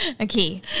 okay